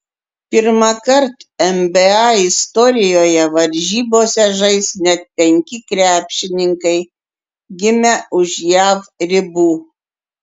pirmąkart nba istorijoje varžybose žais net penki krepšininkai gimę už jav ribų